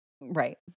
Right